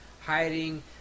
hiding